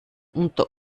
unter